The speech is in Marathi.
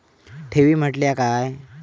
ठेवी म्हटल्या काय?